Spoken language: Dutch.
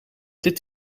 dit